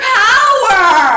power